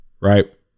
Right